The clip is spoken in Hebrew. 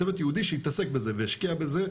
צוות ייעודי שיתעסק בזה וישקיע בזה,